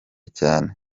cyane